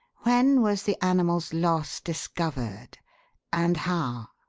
when was the animal's loss discovered and how?